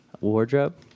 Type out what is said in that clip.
Wardrobe